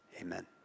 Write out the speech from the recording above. Amen